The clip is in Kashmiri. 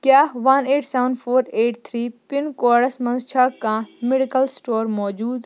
کیٛاہ one eight seven four eight three pin کوڈَس منٛز چھا کانٛہہ میٚڈِکَل سٕٹور موجوٗد